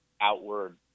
outward